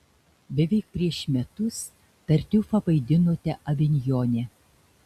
beveik prieš metus tartiufą vaidinote avinjone